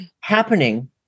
happening